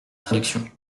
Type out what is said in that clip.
traduction